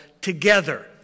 together